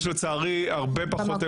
יש לצערי הרבה פחות אמון.